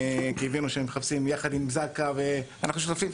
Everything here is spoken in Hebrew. כי הם הבינו שהם מחפשים יחד עם זק"א ואנחנו שותפים.